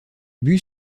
bus